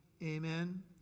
Amen